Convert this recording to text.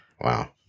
Wow